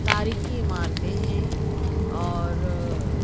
تاریخی عمارتیں ہیں اور